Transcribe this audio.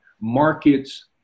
markets